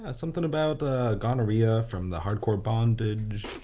ah something about gonorrhea from the hardcore bondage.